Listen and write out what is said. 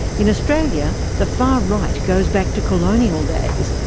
in australia, the far right goes back to colonial days,